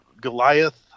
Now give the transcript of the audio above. Goliath